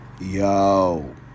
Yo